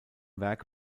werk